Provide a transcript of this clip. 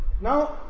Now